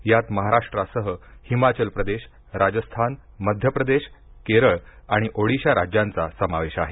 यात महाराष्ट्रासह हिमाचल प्रदेश राजस्थान मध्य प्रदेश केरळ आणि ओडिशा राज्यांचा समावेश आहे